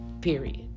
Period